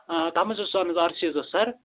آ آ تَتھ منٛز ٲس آر سی حظ سَر